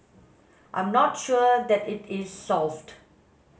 I'm not sure that it is solved